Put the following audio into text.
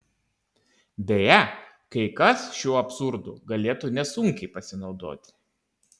beje kai kas šiuo absurdu galėtų nesunkiai pasinaudoti